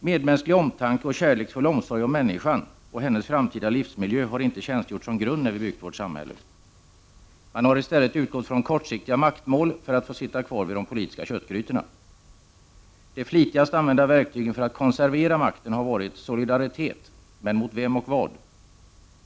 Medmänsklig omtanke och kärleksfull omsorg om människan och hennes framtida livsmiljö har inte utgjort en grund när vårt samhälle byggdes upp. Man har i stället utgått från kortsiktiga maktmål för att få sitta kvar vid de politiska köttgrytorna. De flitigast använda verktygen för att konservera makten har varit: ” solidaritet — men mot vem och mot vad?